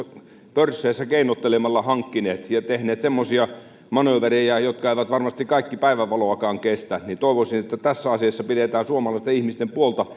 pörsseissä keinottelemalla hankkineet ja tehneet semmoisia manööverejä jotka eivät varmasti kaikki päivänvaloakaan kestä toivoisin että tässä asiassa pidetään suomalaisten ihmisten puolta